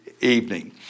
evening